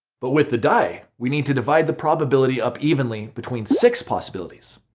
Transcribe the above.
but with the die, we need to divide the probability up evenly between six possibilities.